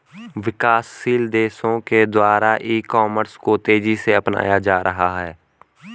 विकासशील देशों के द्वारा ई कॉमर्स को तेज़ी से अपनाया जा रहा है